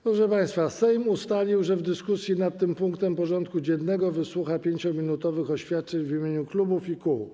Proszę państwa, Sejm ustalił, że w dyskusji nad tym punktem porządku dziennego wysłucha 5 minutowych oświadczeń w imieniu klubów i kół.